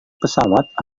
pesawat